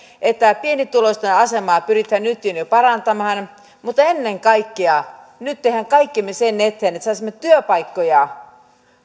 että pienituloisten asemaa pyritään nyt parantamaan mutta ennen kaikkea nyt teemme kaikkemme sen eteen että saisimme työpaikkoja